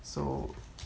so